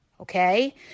okay